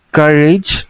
courage